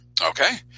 Okay